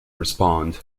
respond